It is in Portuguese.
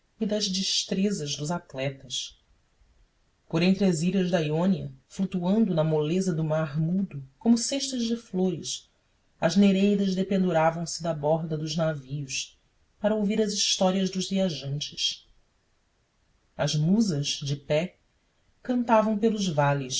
e das destrezas dos atletas por entre as ilhas da jônia flutuando na moleza do mar mudo como cestas de flores as nereidas dependuravam se da borda dos navios para ouvir as histórias dos viajantes as musas de pé cantavam pelos vales